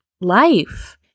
life